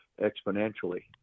exponentially